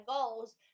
goals